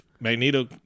Magneto